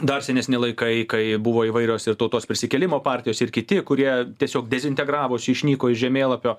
dar senesni laikai kai buvo įvairios ir tautos prisikėlimo partijos ir kiti kurie tiesiog dezintegravosi išnyko iš žemėlapio